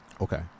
okay